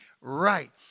right